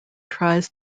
tries